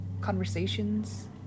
conversations